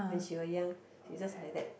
when she were young she just like that